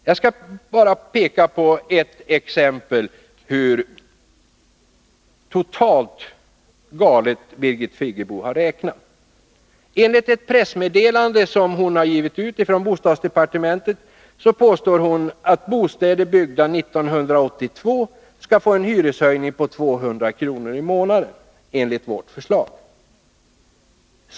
Jag skall bara ge ett exempel på hur totalt galet Birgit Friggebo har räknat. I ett pressmeddelande från bostadsdepartementet påstår hon att bostäder byggda 1982 skall få en hyreshöjning på 200 kr. i månaden, enligt vårt förslag.